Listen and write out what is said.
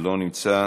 לא נמצא,